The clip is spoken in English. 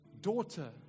Daughter